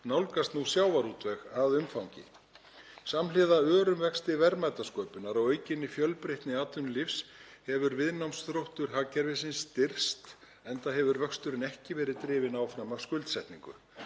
nálgast nú sjávarútveg að umfangi. Samhliða örum vexti verðmætasköpunar og aukinni fjölbreytni atvinnulífsins hefur viðnámsþróttur hagkerfisins styrkst enda hefur vöxturinn ekki verið drifinn áfram af skuldsetningu.